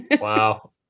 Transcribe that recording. Wow